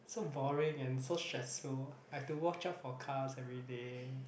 so boring and so stressful I have to watch out for cars everyday